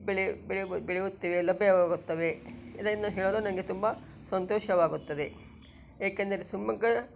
ಬೆಳೆ ಬೆಳೆಯಬ ಬೆಳೆಯುತ್ತೇವೆ ಲಭ್ಯವಾಗುತ್ತವೆ ಇದನ್ನು ಹೇಳಲು ನನಗೆ ತುಂಬ ಸಂತೋಷವಾಗುತ್ತದೆ ಏಕೆಂದರೆ ಶಿಮೊಗ್ಗ